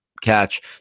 catch